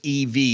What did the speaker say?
EV